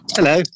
Hello